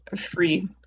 free